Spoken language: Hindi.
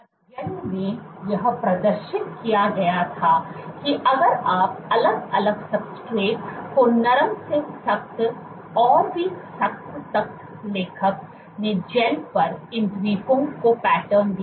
अध्ययन में यह प्रदर्शित किया गया था की अगर आप अलग अलग सबस्ट्रेट्स को नरम से सख्त और भी सख्त तक लेखक ने जैल पर इन द्वीपों को पैटर्न दिया